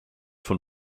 von